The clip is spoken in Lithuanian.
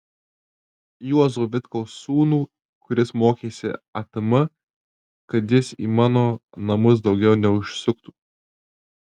juozo vitkaus sūnų kuris mokėsi atm kad jis į mano namus daugiau neužsuktų